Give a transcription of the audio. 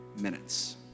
minutes